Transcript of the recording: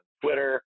Twitter